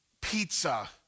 pizza